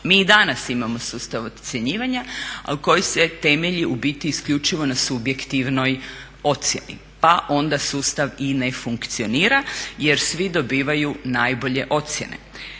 Mi i danas imamo sustav ocjenjivanja koji se temelji u biti isključivo na subjektivnoj ocjeni, pa onda sustav i ne funkcionira jer svi dobivaju najbolje ocjene.